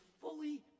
fully